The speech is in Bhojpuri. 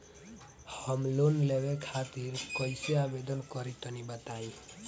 हम लोन लेवे खातिर कइसे आवेदन करी तनि बताईं?